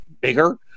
bigger